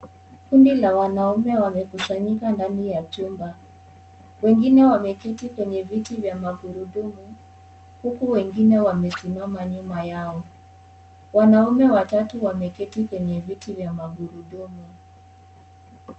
Kundi la wanaume wamekusanyika ndani ya chumba wengine wameketi kwenye viti vya magurudumu huku wengine wamesimama nyuma yao wanaume watatu wameketi kwenye viti vya magurudumu.